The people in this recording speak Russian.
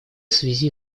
связи